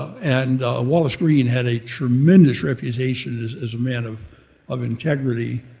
and wallace greene had a tremendous reputation as as a man of of integrity.